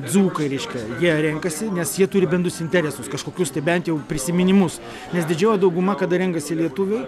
dzūkai reiškia jie renkasi nes jie turi bendrus interesus kažkokius tai bent jau prisiminimus nes didžioji dauguma kada renkasi lietuvių